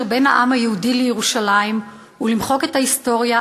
בין העם היהודי לירושלים ולמחוק את ההיסטוריה,